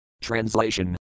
Translation